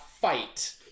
fight